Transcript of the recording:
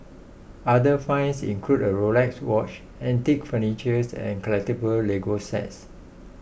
other finds include a Rolex watch antique furnitures and collectable Lego sets